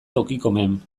tokikomen